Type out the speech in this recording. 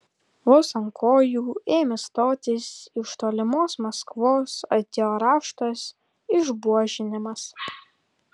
vos ant kojų ėmė stotis iš tolimos maskvos atėjo raštas išbuožinimas